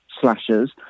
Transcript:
slashers